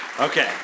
Okay